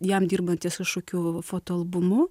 jam dirbant ties kažkokiu fotoalbumu